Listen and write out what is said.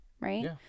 Right